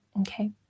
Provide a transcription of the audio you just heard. Okay